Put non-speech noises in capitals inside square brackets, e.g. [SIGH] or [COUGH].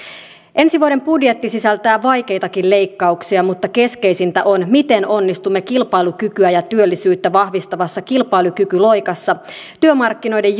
ensi vuoden budjetti sisältää vaikeitakin leikkauksia mutta keskeisintä on miten onnistumme kilpailukykyä ja työllisyyttä vahvistavassa kilpailukykyloikassa työmarkkinoiden [UNINTELLIGIBLE]